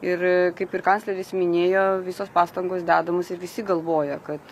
ir kaip ir kancleris minėjo visos pastangos dedamos ir visi galvoja kad